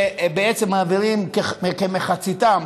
שמעבירים כמחציתם